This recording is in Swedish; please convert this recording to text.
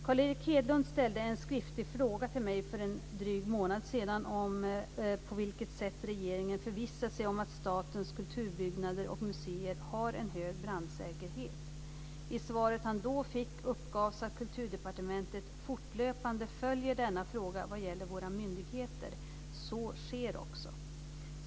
Carl Erik Hedlund ställde en skriftlig fråga till mig för en dryg månad sedan om på vilket sätt regeringen förvissar sig om att statens kulturbyggnader och museer har en hög brandsäkerhet. I svaret han då fick uppgavs att Kulturdepartementet fortlöpande följer denna fråga vad gäller våra myndigheter. Så sker också.